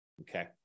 okay